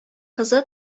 кызы